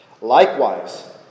Likewise